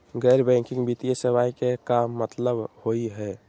गैर बैंकिंग वित्तीय सेवाएं के का मतलब होई हे?